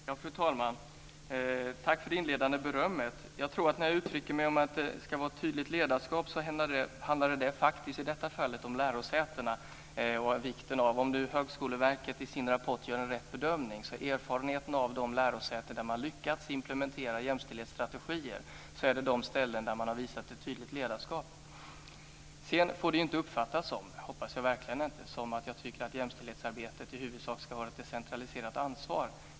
Fru talman! Tack för det inledande berömmet. När jag sade att det ska vara ett tydligt ledarskap handlade det faktiskt om lärosätena. Om Högskoleverket gör en riktig bedömning i sin rapport om erfarenheterna från de lärosäten där man lyckats implementera jämställdhetsstrategier, visar den att det har skett på de ställen där man har visat ett tydligt ledarskap. Jag hoppas att det inte uppfattas så att jag tycker att jämställdhetsarbetet i huvudsak ska vara ett decentraliserat ansvar.